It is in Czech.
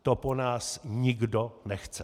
To po nás nikdo nechce.